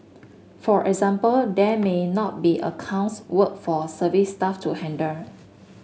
for example there may not be accounts work for service staff to handle